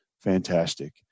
fantastic